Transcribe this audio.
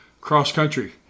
cross-country